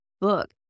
book